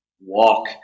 walk